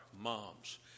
moms